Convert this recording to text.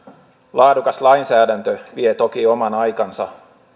laadukas lainsäädäntö vie toki oman aikansa